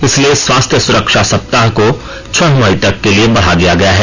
इसलिए स्वास्थ्य सुरक्षा सप्ताह को छह मई तक के लिए बढ़ा दिया गया है